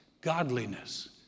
godliness